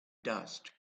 dust